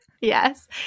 Yes